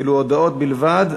אלו הודעות בלבד,